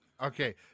Okay